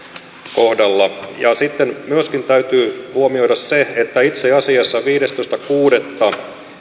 kohdalla sitten myöskin täytyy huomioida se että itse asiassa viidestoista kuudetta